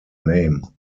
name